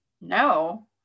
no